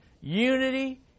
unity